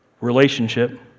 relationship